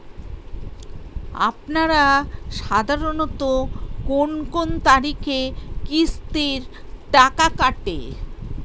আপনারা সাধারণত কোন কোন তারিখে কিস্তির টাকা কাটে?